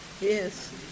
Yes